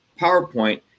PowerPoint